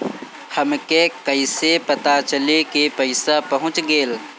हमके कईसे पता चली कि पैसा पहुच गेल?